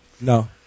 No